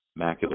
macular